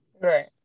Right